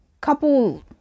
couple